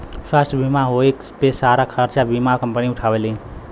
स्वास्थ्य बीमा होए पे सारा खरचा बीमा कम्पनी उठावेलीन